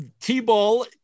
T-ball